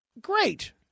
great